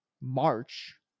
March